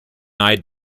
eyed